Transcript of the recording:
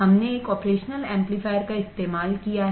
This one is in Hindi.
हमने एक ऑपरेशनल एम्पलीफायर का इस्तेमाल किया है